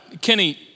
Kenny